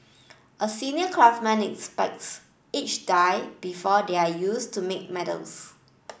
a senior craftsman inspects each die before they are used to make medals